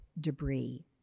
debris